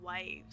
waves